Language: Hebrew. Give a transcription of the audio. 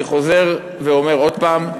אני חוזר ואומר עוד פעם: